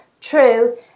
True